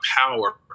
power